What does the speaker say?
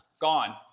gone